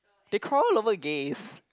they called over gays